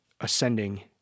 ascending